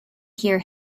hear